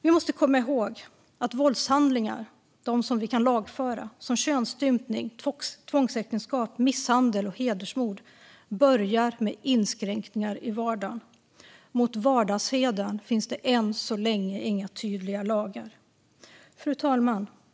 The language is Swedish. Vi måste komma ihåg att våldshandlingar som vi kan lagföra som könsstympning, tvångsäktenskap, misshandel och hedersmord börjar med inskränkningar i vardagen. Mot vardagshedern finns det än så länge inga tydliga lagar. Fru talman!